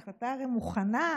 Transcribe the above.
הרי ההחלטה מוכנה,